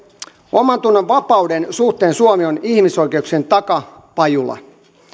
omantunnonvapauden suhteen suomi on ihmisoikeuksien takapajula